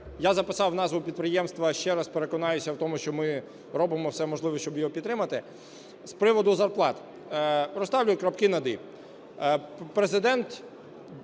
Я записав назву підприємства, ще раз переконаюся в тому, що ми робимо все можливе, щоб його підтримати. З приводу зарплат. Розставлю крапки над "і". Президент